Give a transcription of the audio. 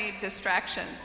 distractions